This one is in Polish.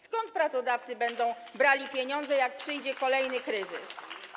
Skąd pracodawcy będą brali pieniądze, jak przyjdzie kolejny kryzys?